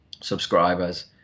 subscribers